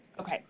Okay